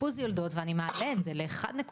אשפוז יולדות ואני מעלה את זה ל-1.77%,